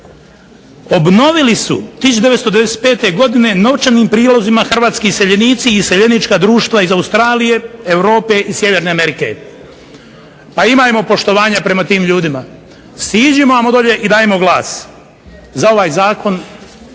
obnovili su 1995. godine novčanim prilozima hrvatski iseljenici i iseljenička društva iz Australije, Europe i Sjeverne Amerike, pa imajmo poštovanja prema tim ljudima. Siđimo amo dolje i dajmo glas za ovaj zakon,